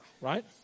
Right